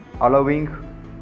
allowing